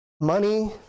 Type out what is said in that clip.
money